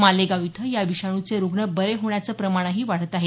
मालेगांव इथं या विषाणूचे रुग्ण बरे होण्याचं प्रमाणही वाढत आहे